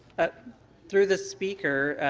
through the speaker,